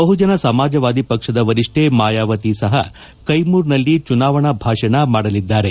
ಬಹುಜನ ಸಮಾಜವಾದಿ ಪಕ್ಷದ ವರಿಷ್ಠೆ ಮಾಯಾವತಿ ಸಹ ಕೈಮೂರ್ ನಲ್ಲಿ ಚುನಾವಣಾ ಭಾಷಣ ಮಾಡಲಿದ್ದಾರೆ